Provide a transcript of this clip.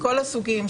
מכל הסוגים,